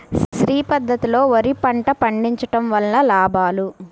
శ్రీ పద్ధతిలో వరి పంట పండించడం వలన లాభాలు?